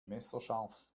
messerscharf